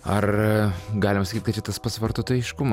ar galima sakyt kad čia tas pats vartotojiškuma